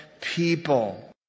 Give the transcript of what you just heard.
people